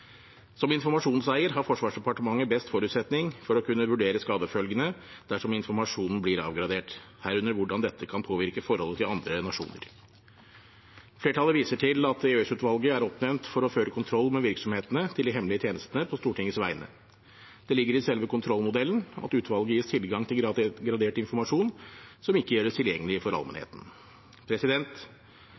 Som informasjonseier har Forsvarsdepartementet best forutsetning for å kunne vurdere skadefølgene dersom informasjonen blir avgradert, herunder hvordan dette kan påvirke forholdet til andre nasjoner. Flertallet viser til at EOS-utvalget er oppnevnt for å føre kontroll med virksomhetene til de hemmelige tjenestene på Stortingets vegne. Det ligger i selve kontrollmodellen at utvalget gis tilgang til gradert informasjon som ikke gjøres tilgjengelig for allmennheten.